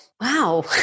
Wow